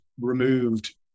removed